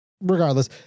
Regardless